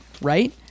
right